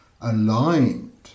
Aligned